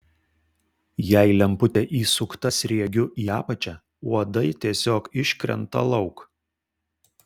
jei lemputė įsukta sriegiu į apačią uodai tiesiog iškrenta lauk